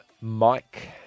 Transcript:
Mike